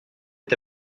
est